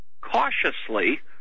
cautiously